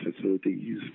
facilities